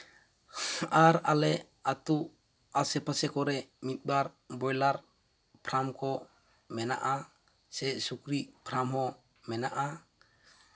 ᱟᱨ ᱟᱞᱮ ᱟᱹᱛᱩ ᱟᱥᱮᱼᱯᱟᱥᱮ ᱠᱚᱨᱮᱫ ᱢᱤᱫ ᱵᱟᱨ ᱵᱚᱭᱞᱟᱨ ᱯᱷᱨᱟᱢ ᱠᱚ ᱢᱮᱱᱟᱜᱼᱟ ᱥᱮ ᱥᱩᱠᱨᱤ ᱯᱷᱨᱟᱢ ᱦᱚᱸ ᱢᱮᱱᱟᱜᱼᱟ